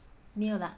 没有 lah